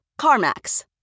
CarMax